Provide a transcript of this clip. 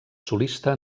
solista